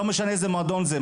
לא משנה איזה מועדון זה,